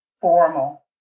formal